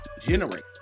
generate